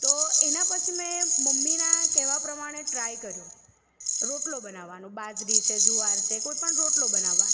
તો એનાં પછી મેં મમ્મીનાં કહેવાં પ્રમાણે ટ્રાય કર્યો રોટલો બનાવવાનો બાજરી છે જુવાર છે કોઈ પણ રોટલો બનાવવાનો